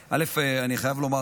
אני חייב לומר,